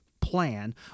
plan